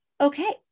Okay